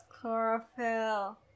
chlorophyll